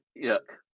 look